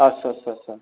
आच्चा आच्चा